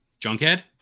Junkhead